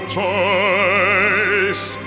choice